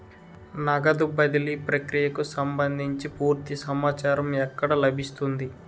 నగదు బదిలీ ప్రక్రియకు సంభందించి పూర్తి సమాచారం ఎక్కడ లభిస్తుంది?